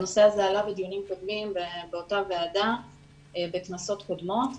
הנושא הזה עלה בדיונים קודמים באותה ועדה בכנסות קודמות,